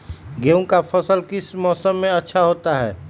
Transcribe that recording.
गेंहू का फसल किस मौसम में अच्छा होता है?